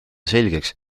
selgeks